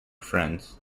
friends